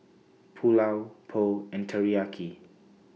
Pulao Pho and Teriyaki